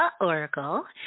Oracle